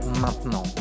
maintenant